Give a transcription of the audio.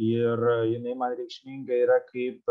ir jinai man reikšminga yra kaip